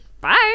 Bye